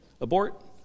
abort